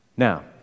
Now